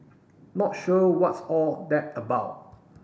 not sure what's all that about